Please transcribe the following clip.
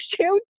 shoot